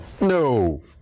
No